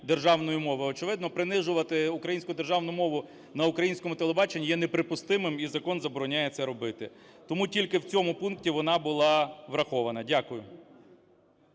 Дякую.